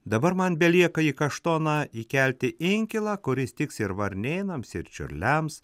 dabar man belieka į kaštoną įkelti inkilą kuris tiks ir varnėnams ir čiurliams